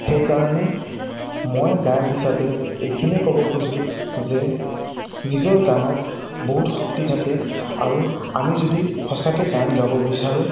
সেইকাৰণে মই গায়ক হিচাপে এইখিনিয়ে ক'ব খোজোঁ যে নিজৰ গানত বহুত শক্তি থাকে আৰু আমি যদি সঁচাকে গান গাব বিচাৰোঁ